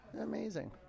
Amazing